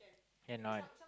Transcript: cannot